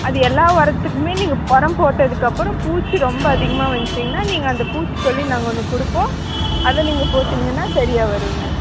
அது எல்லா உரத்துக்குமே நீங்கள் உரம் போட்டதுக்கப்புறம் பூச்சி ரொம்ப அதிகமாக வந்துச்சிங்னா நீங்கள் அந்த பூச்சிக்கொல்லி நாங்கள் ஒன்று கொடுப்போம் அதை நீங்கள் போட்டிங்கன்னா சரியாக வருங்க